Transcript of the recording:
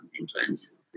influence